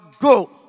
go